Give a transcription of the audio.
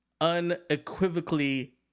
unequivocally